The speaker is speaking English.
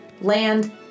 land